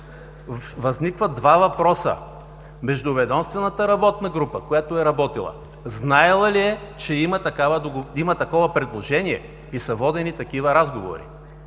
възникват два въпроса. Междуведомствената работна група, която е работила, знаела ли е, че има такова предложение и са водени такива разговори?